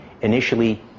initially